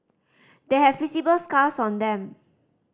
they have visible scars on them